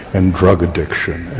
and drug addiction,